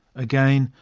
again,